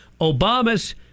Obama's